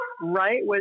right